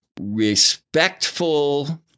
respectful